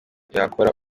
yakora